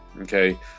Okay